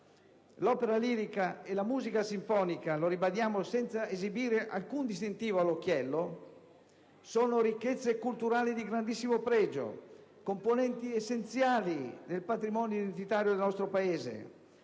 L'opera lirica e la musica sinfonica - lo ribadiamo senza esibire alcun distintivo all'occhiello - sono ricchezze culturali di grandissimo pregio, componenti essenziali del patrimonio identitario del nostro Paese: